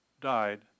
died